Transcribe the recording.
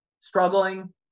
struggling